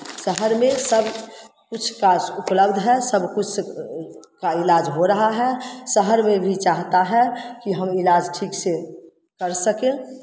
शहर में सब कुछ का उपलब्ध है सब कुछ का इलाज हो रहा है शहर में भी चाहता है कि हम इलाज ठीक से कर सकें